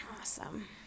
Awesome